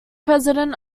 president